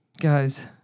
guys